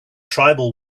tribal